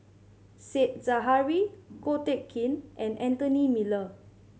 Said Zahari Ko Teck Kin and Anthony Miller